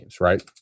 right